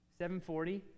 740